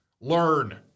learn